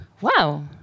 wow